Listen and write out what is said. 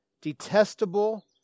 detestable